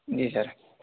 जी sir